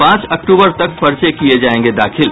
पांच अक्टूबर तक पर्चे किये जायेंगे दाखिल